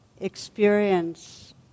experience